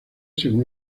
según